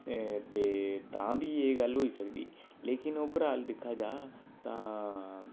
ते तां बी एह् गल्ल होई सकदी लेकिन ओवरआल दिक्खेआ जा तां